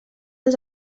als